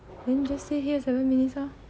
then just stay here seven minutes lor